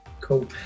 cool